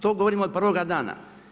To govorim od pravoga dana.